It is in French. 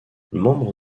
membre